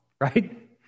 right